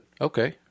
Okay